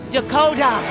Dakota